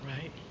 right